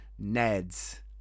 Neds